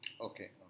Okay